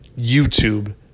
YouTube